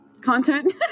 content